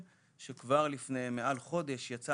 כי אלה מקרים בודדים וקשים